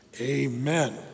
amen